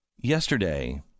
Yesterday